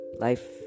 life